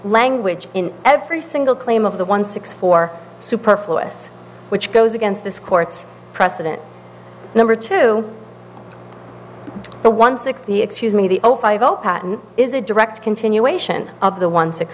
language in every single claim of the one six four superfluous which goes against this court's precedent number two the one sixth the excuse me the old five is a direct continuation of the one six